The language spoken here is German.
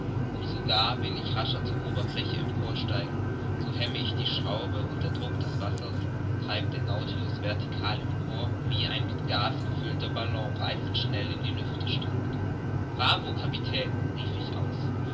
und sogar will ich rascher zur oberfläche empor steigen so hemme ich die schraube und der druck des wassers treibt den nautilus vertikal empor wie ein mit gas gefüllter ballon reißend schnell in die lüfte steigt bravo kapitän rief ich aus